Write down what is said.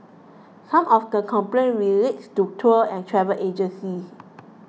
some of the complaints relate to tour and travel agencies